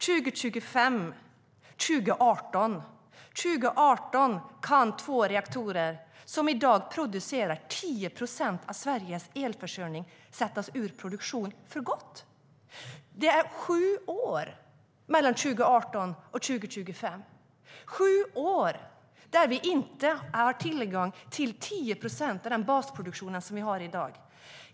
2025 och 2018 - år 2018 kan två reaktorer som i dag producerar 10 procent av Sveriges elförsörjning sättas ur produktion för gott. Det är sju år mellan 2018 och 2025, sju år där vi inte har tillgång till 10 procent av den basproduktion som vi har i dag.